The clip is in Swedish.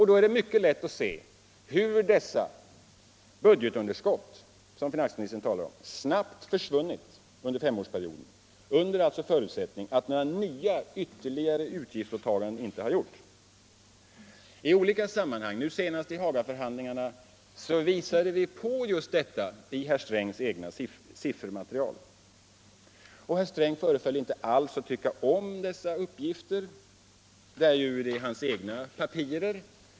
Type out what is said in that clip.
Då är det mycket lätt att se hur dessa budgetunderskott, som finansministern talar om, snabbt försvunnit under femårsperioden, alltså under förutsättning att ytterligare utgiftsåtaganden inte har gjorts. I olika sammanhang — nu senast under Hagaförhandlingarna — har vi moderater påvisat den här smyghöjningen av skatterna, med herr Strängs eget siffermaterial. Herr Sträng föreföll inte alls att tycka om dessa uppgifter. Men de kom från hans egna ”papirer”.